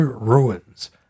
Ruins